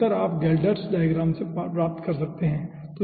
तो उत्तर आप गेल्डर्ट्स डायग्राम से पता कर सकते हैं